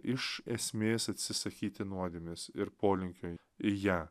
iš esmės atsisakyti nuodėmės ir polinkio į ją